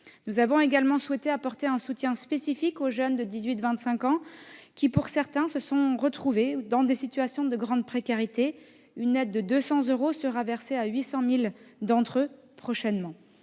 Nous avons également souhaité apporter un soutien spécifique aux jeunes âgés de 18 à 25 ans, dont certains se sont retrouvés dans des situations de grande précarité. Une aide de 200 euros sera versée à 800 000 d'entre eux prochainement.